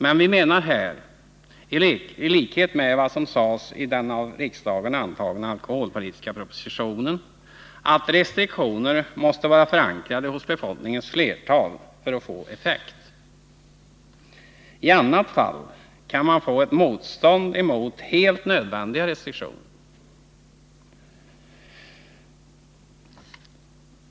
Men vi menar här, i likhet med vad som sades i den av riksdagen antagna alkoholpolitiska propositionen, att restriktioner måste vara förankrade hos befolkningens flertal för att få effekt. I annat fall kan man få ett motstånd mot också helt nödvändiga restriktioner.